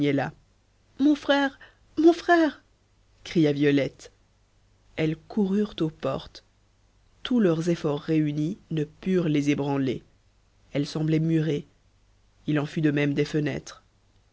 mon frère mon frère cria violette elles coururent aux portes tous leurs efforts réunis ne purent les ébranler elles semblaient murées il en fut de même des fenêtres